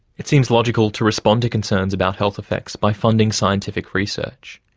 it seems logical to respond to concerns about health effects by funding scientific research.